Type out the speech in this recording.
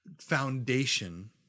foundation